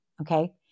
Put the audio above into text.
Okay